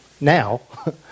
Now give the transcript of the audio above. Now